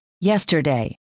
Yesterday